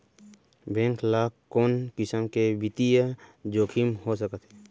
Bank ल कोन किसम के बित्तीय जोखिम हो सकत हे?